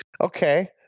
okay